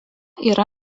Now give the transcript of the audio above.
yra